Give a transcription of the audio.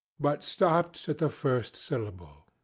but stopped at the first syllable.